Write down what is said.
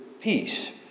peace